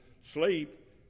sleep